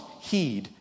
heed